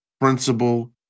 principle